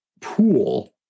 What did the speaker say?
pool